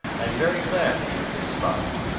i am very glad that you have been spying.